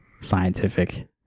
scientific